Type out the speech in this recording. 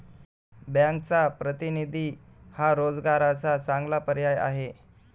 बँकचा प्रतिनिधी हा रोजगाराचा चांगला पर्याय आहे